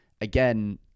again